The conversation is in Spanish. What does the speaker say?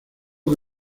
que